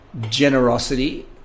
generosity